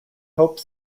hope